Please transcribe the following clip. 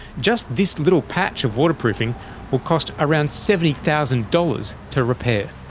just this little patch of waterproofing will cost around seventy thousand dollars to repair.